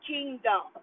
kingdom